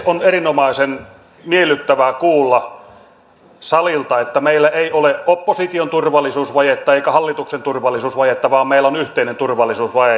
on erinomaisen miellyttävää kuulla salilta että meillä ei ole opposition turvallisuusvajetta eikä hallituksen turvallisuusvajetta vaan meillä on yhteinen turvallisuusvaje